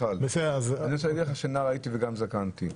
נער הייתי וגם זקנתי,